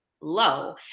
low